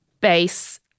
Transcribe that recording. base